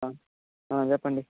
చెప్పండి